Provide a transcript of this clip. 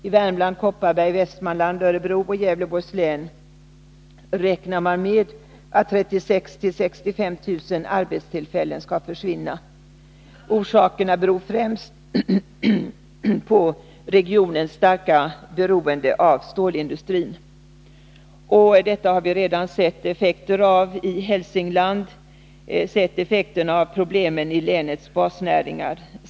I Värmlands, Kopparbergs, Västmanlands, Örebro och Gävleborgs län räknar man med att 36 000 till 65 000 arbetstillfällen skall försvinna. Orsakerna är främst regionens starka beroende av stålindustrin. Detta har vi redan sett effekterna av i Hälsingland i form av problem i länets basnäringar.